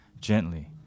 gently